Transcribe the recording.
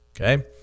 Okay